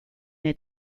near